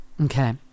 Okay